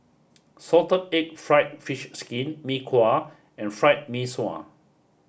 salted egg fried fish skin Mee Kuah and fried Mee Sua